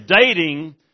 dating